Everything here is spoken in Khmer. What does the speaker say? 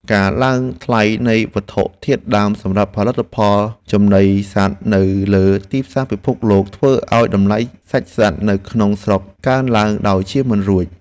ការឡើងថ្លៃនៃវត្ថុធាតុដើមសម្រាប់ផលិតចំណីសត្វនៅលើទីផ្សារពិភពលោកធ្វើឱ្យតម្លៃសាច់សត្វនៅក្នុងស្រុកកើនឡើងដោយជៀសមិនរួច។